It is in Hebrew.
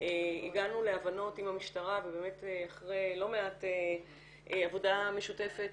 הגענו להבנות עם המשטרה ובאמת אחרי לא מעט עבודה משותפת,